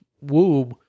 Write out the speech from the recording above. womb